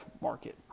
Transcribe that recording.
market